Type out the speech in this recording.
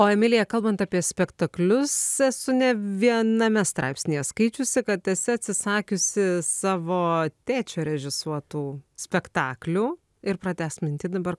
o emilija kalbant apie spektaklius esu ne viename straipsnyje skaičiusi kad esi atsisakiusi savo tėčio režisuotų spektaklių ir pratęsk mintį dabar